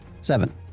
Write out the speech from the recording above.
Seven